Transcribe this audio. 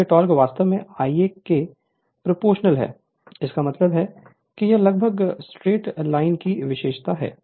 इसलिए टोक़ वास्तव में Ia के प्रोपोर्शनल है इसका मतलब है कि यह लगभग स्ट्रेट लाइन की विशेषता है